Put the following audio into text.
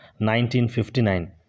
1959